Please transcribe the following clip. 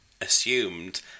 assumed